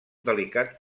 delicat